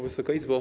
Wysoka Izbo!